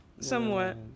somewhat